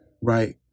Right